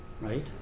right